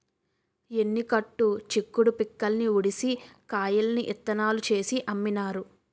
ఎన్ని కట్టు చిక్కుడు పిక్కల్ని ఉడిసి కాయల్ని ఇత్తనాలు చేసి అమ్మినారు